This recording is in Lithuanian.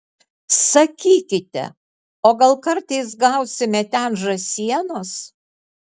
sakykite o gal kartais gausime ten žąsienos